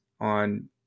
on